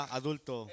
adulto